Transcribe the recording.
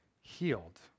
healed